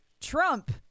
Trump